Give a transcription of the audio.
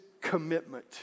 commitment